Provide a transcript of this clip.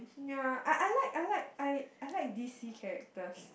ya I I like I like I I like D_C characters